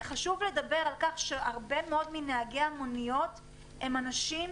חשוב לדבר על כך שהרבה מאוד מנהגי המוניות הם אנשים